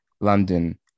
London